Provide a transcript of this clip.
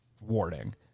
warning